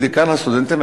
ודיקן הסטודנטים,